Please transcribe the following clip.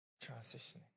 Transitioning